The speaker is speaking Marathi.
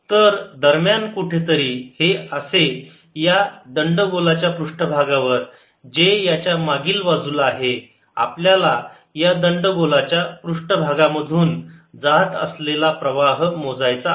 तर दरम्यान कुठेतरी हे असे या दंड गोलाच्या पृष्ठभागावर जे याच्या मागील बाजूला आहे आपल्याला या दंड गोलाच्या पृष्ठ भागांमधून जात असलेला प्रवाह मोजायचा आहे